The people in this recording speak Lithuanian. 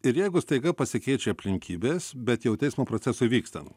ir jeigu staiga pasikeičia aplinkybės bet jau teismo procesui vykstant